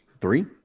three